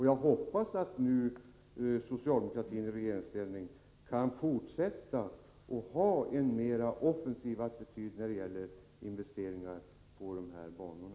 Jag hoppas att socialdemokratin nu i regeringsställning kan fortsätta att ha en mera offensiv attityd när det gäller investeringar i de här banorna.